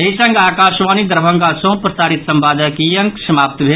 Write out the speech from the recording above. एहि संग आकाशवाणी दरभंगा सँ प्रसारित संवादक ई अंक समाप्त भेल